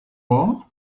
war